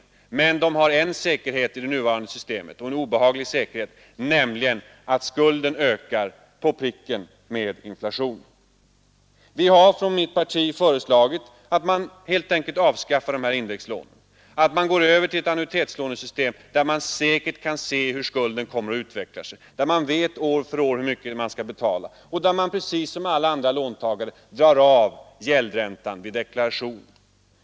Men de har med det nuvarande systemet en säkerhet, och en obehaglig sådan, nämligen att skulden ökar i takt med inflationen! Från vårt parti har det föreslagits att man helt enkelt skall avskaffa indexlånen, att man skall gå över till ett annuitetslånesystem, där låntagarna säkert kan se hur skulden kommer att utvecklas, där de år för år vet hur mycket de skall betala och där de precis som alla andra låntagare drar av gäldräntan vid deklarationen.